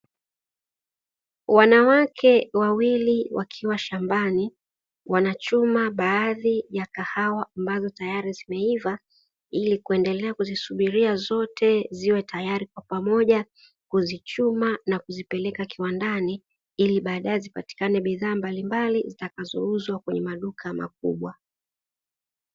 Mkulima wa zao la biashara aina ya mahindi akiwa amesimama kwenye mahindi yake yaliotiwa matulubai nyuma yake. Kuna shamba lililo kusha kuvunwa ambalo lina mabua ya mahindi yalio kwisha kukauka